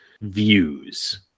views